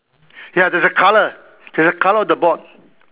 ya there's a colour there's a colour of the board